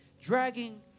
dragging